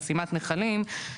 חסימת נחלים,